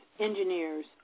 engineers